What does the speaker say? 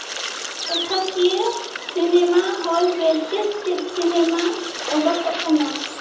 ᱴᱚᱴᱷᱟᱠᱤᱭᱟᱹ ᱥᱤᱱᱮᱢᱟ ᱦᱚᱞ ᱨᱮ ᱪᱮᱫ ᱪᱮᱫ ᱥᱤᱱᱮᱢᱟ ᱚᱰᱚᱠᱚᱜ ᱠᱟᱱᱟ